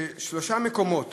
שלושה מקומות